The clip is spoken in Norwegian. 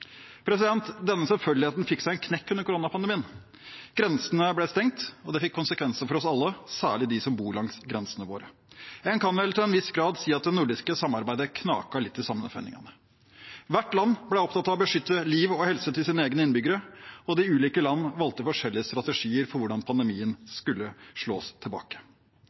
Denne selvfølgeligheten fikk seg en knekk under koronapandemien. Grensene ble stengt og det fikk konsekvenser for oss alle, særlig for dem som bor langs grensene våre. En kan vel til en viss grad si at det nordiske samarbeidet knaket litt i sammenføyningene. Hvert land ble opptatt av å beskytte liv og helse for sine egne innbyggere, og de ulike land valgte forskjellige strategier for hvordan pandemien skulle slås tilbake.